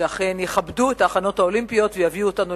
שאכן יכבדו את ההכנות האולימפיות ויביאו אותנו